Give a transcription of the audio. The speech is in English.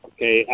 Okay